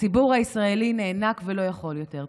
הציבור הישראלי נאנק ולא יכול יותר.